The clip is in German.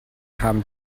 haben